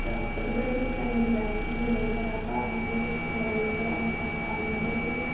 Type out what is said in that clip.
ꯇꯧꯔꯛꯄꯗꯨꯗꯒꯤ ꯑꯩꯅ ꯂꯥꯏꯔꯤꯛꯁꯤꯡꯁꯦ ꯂꯩꯖꯔꯒ ꯍꯥꯏꯗꯤ ꯅꯣꯂꯦꯖꯇꯣ ꯑꯩꯅ ꯑꯃꯨꯛ ꯇꯥꯟꯅꯤꯡꯕꯗꯒꯤ